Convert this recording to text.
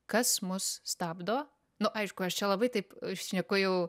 kas mus stabdo nu aišku aš čia labai taip šneku jau